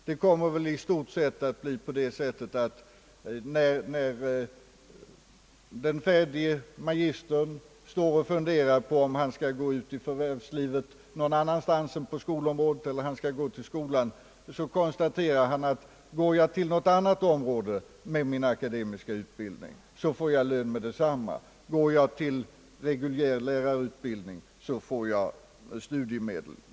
Det kommer i stort sett att bli på det sättet, att när den färdige magistern står och funderar på om han skall gå ut i förvärvslivet någon annanstans än på skolområdet eller om han skall gå till skolan, så konstaterar han, att går han till något annat område med sin akademiska utbildning, så får han lön med detsamma, men går han till reguljär lärarutbildning får han studiemedel.